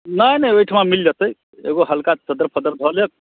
नहि नहि ओहिठुमा मिल जेतै एगो हल्का चद्दर फद्दर धऽ लेब